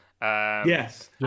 Yes